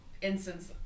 instance